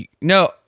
no